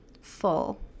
full